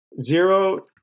zero